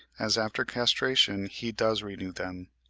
as after castration he does renew them.